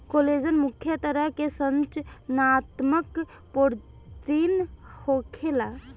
collagen मुख्य तरह के संरचनात्मक प्रोटीन होखेला